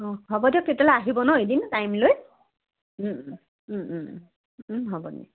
অঁ হ'ব দিয়ক তেতিয়াহ'লে আহিব ন এদিন টাইম লৈ হ'ব দিয়ক